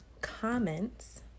comments